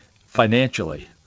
financially